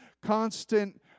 constant